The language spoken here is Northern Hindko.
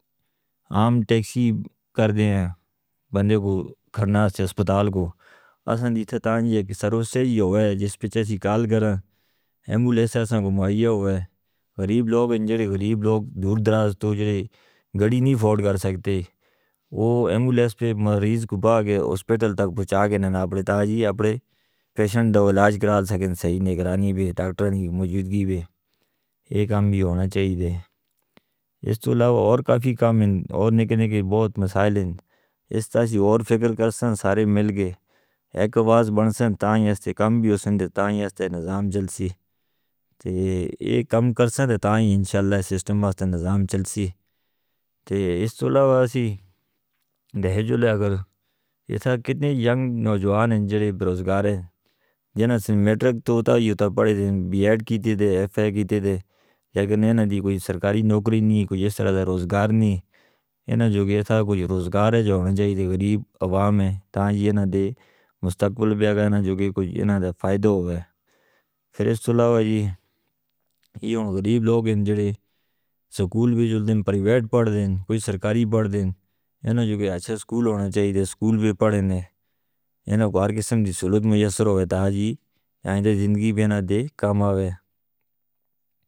عام ٹیکسی کر دیں بندے کو کھرنہ سے اسپتال کو، اساں دی تاں جی ہے کہ سروستے ہی ہویا ہے جس پرچے سے کال کر رہے ہیں، ایمبولیس ہے اساں کو ماہی ہویا ہے، غریب لوگ ہیں جو غریب لوگ دور دراز توں گاڑی نہیں فوٹ کر سکتے، وہ ایمبولیس پر مریض کو بھاگے اسپتال تک بھچا گے نہ پتا جی اپنے پیشنٹ دا علاج کرال سکیں، صحیح نگرانی بھی ہے، ڈاکٹر نہیں موجودگی بھی ہے، یہ کام بھی ہونا چاہیے تھے۔ اس توں علاوہ اور کافی کام ہیں، اور نکلنے کے بہت مسائل ہیں، اس تاں سے اور فکر کرسن سارے مل کے، ایک آواز بنسن تاں سے کام بھی ہو سن دے، تاں سے نظام چلسی، یہ کام کرسن تاں انشاءاللہ سسٹم تاں سے نظام چلسی۔ اس توں علاوہ اسی دہجولے اگر یہ تھا کتنے ینگ نوجوان ہیں جو برزگار ہیں، جنہوں نے میٹرک توتا یوتہ پڑھے تھے، بی ایڈ کیتے تھے، ایف اے کیتے تھے، یا کوئی سرکاری نوکری نہیں ہے، کوئی اس طرح کا روزگار نہیں ہے، انہاں جو کہتا ہے کوئی روزگار ہے جو ہونا چاہئے تھے غریب عوام ہیں، تاں یہ نہ دے مستقبل بھی ہے، نہ جو کہ کوئی انہاں دے فائدہ ہو گیا۔ پھر اس تو علاوہ یہ غریب لوگ ہیں جنہوں نے سکول بھی جلدیں پریبیر پڑھ دیں، کوئی سرکاری پڑھ دیں، انہاں جو کہتا ہے ایسے سکول ہونے چاہئے تھے، سکول بھی پڑھیں، انہاں کو ہر قسم دی سہولت موجود ہویا تھا جی، یہاں دی زندگی بھی نہ دے کام آئے.